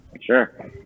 Sure